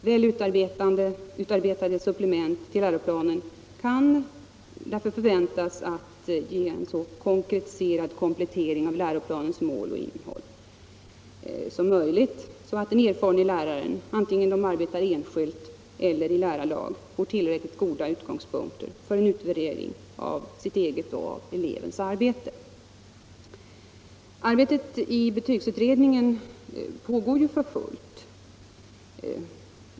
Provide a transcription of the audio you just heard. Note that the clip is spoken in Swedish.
Väl utarbetade supplement till läroplanen kan därför förväntas ge en så konkretiserad komplettering av läroplanens mål och innehåll att lärarna — vare sig de arbetar enskilt eller i lärarlag — får tillräckligt goda utgångspunkter för en utvärdering av sitt eget och elevernas arbete. Arbetet i betygsutredningen pågår för fullt.